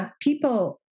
people